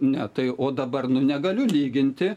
ne tai o dabar nu negaliu lyginti